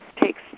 takes